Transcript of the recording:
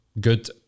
good